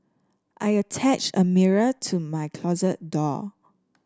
I attached a mirror to my closet door